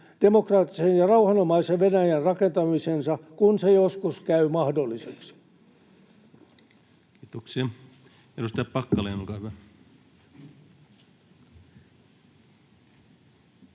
demokraattisen ja rauhanomaisen Venäjän rakentamiseen, kun se joskus käy mahdolliseksi. Kiitoksia. — Edustaja Packalén, olkaa hyvä. Arvoisa